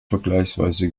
vergleichsweise